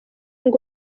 ngo